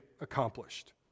accomplished